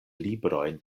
librojn